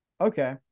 Okay